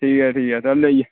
ठीक ऐ ठीक ऐ कल्ल लेई जायो